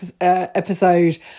episode